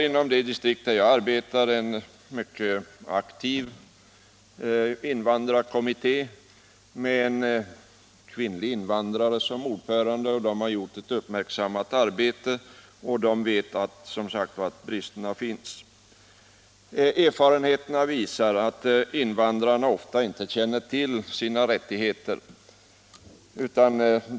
I det distrikt där jag arbetar har vi en mycket aktiv invandrarkommitté med en kvinnlig invandrare som ordförande. Kommittén har gjort ett uppmärksammat arbete, och man vet som sagt att bristerna finns. Erfarenheterna visar att invandrarna ofta arbetar utan att känna till sina rättigheter.